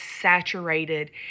saturated